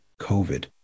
covid